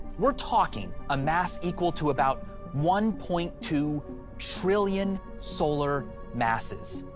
we're talking a mass equal to about one point two trillion solar masses.